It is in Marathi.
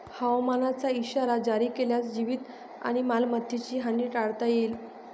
हवामानाचा इशारा जारी केल्यास जीवित आणि मालमत्तेची हानी टाळता येईल